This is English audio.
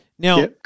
Now